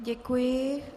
Děkuji.